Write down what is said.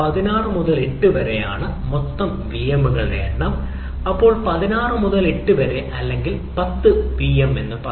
16 മുതൽ 8 വരെയാണ് മൊത്തം വിഎമ്മുകളുടെ എണ്ണം ഇപ്പോൾ 16 മുതൽ 8 വരെ അല്ലെങ്കിൽ 10 വിഎം എന്ന് പറയുക